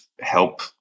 help